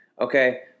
Okay